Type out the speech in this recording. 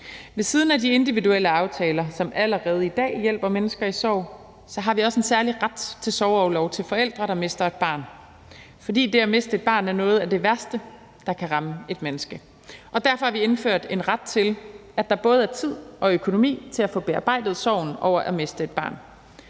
Ved siden af de individuelle aftaler, som allerede i dag hjælper mennesker i sorg, har vi også en særlig ret til sorgorlov til forældre, der mister et barn, fordi det at miste et barn er noget af det værste, der kan ramme et menneske. Derfor har vi indført en ret til, at der både er tid og økonomi til at få bearbejdet sorgen over at miste et barn.